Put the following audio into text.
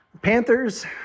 Panthers